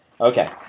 Okay